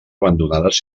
abandonades